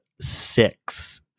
six